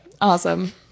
Awesome